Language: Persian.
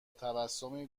تبسمی